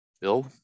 Bill